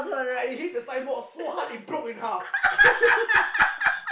I hit the sign board so hard it broke in half